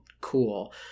cool